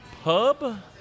pub